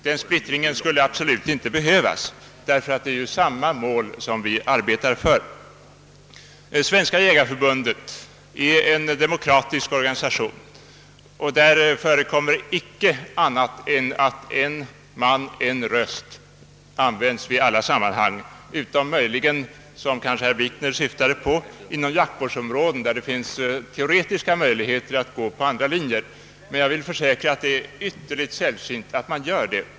Denna splittring skulle absolut inte behövas, ty vi arbetar för samma mål. Svenska jägareförbundet är en demokratisk organisation. Där förekommer icke annat än att principen en man — en röst användes i alla sammanhang, utom möjligen som kanske herr Wikner syftade på inom jaktvårdsområdet, där det finns formella möjligheter att gå efter andra linjer. Jag vill försäkra att det är ytterligt sällsynt att man gör det.